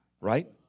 Right